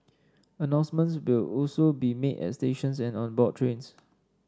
announcements will also be made at stations and on board trains